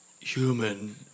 Human